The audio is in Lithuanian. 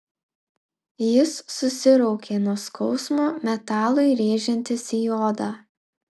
jis susiraukė nuo skausmo metalui rėžiantis į odą